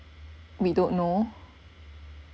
we don't know